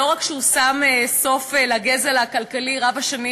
לא רק שהוא שם סוף לגזל הכלכלי רב-השנים